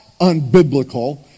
unbiblical